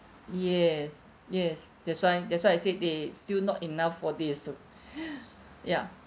yes yes that's why that's why I said they still not enough for this to ya